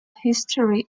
history